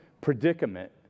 predicament